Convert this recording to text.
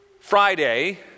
Friday